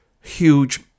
huge